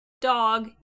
Dog